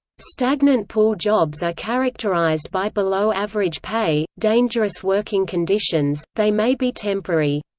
stagnant pool jobs are characterized by below average pay, dangerous working conditions, they may be temporary.